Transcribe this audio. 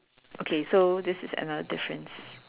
okay so this is another difference